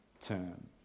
term